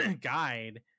guide